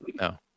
no